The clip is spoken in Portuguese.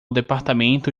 departamento